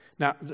Now